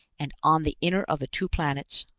and on the inner of the two planets,